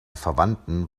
verwandten